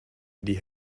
die